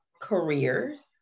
careers